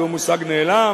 זהו מושג נעלם,